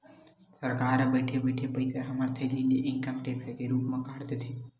सरकार ह बइठे बइठे पइसा हमर थैली ले इनकम टेक्स के रुप म काट देथे